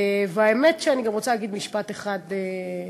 והאמת שאני גם רוצה להגיד משפט אחד שמתחבר.